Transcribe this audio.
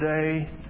today